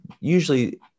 usually